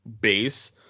base